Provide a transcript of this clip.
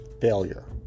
failure